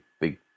big